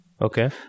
Okay